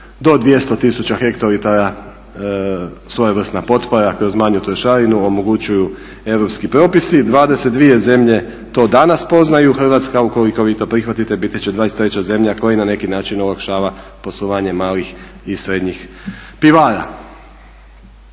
do 200 tisuća hektolitara svojevrsna potpora kroz manju trošarinu omogućuju europski propisi. 22 zemlje to danas poznaju, Hrvatska ukoliko vi to prihvatite biti će 23 zemlja koja na neki način olakšava poslovanje malih i srednjih pivara.